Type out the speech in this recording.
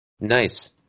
Nice